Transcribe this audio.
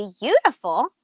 beautiful